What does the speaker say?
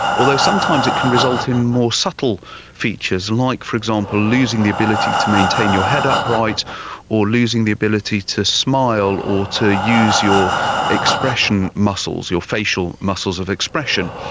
although sometimes it can result in more subtle features like, for example, losing the ability to maintain your head upright or losing the ability to smile or to use your expression muscles, your facial muscles of expression.